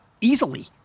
Easily